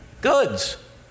Goods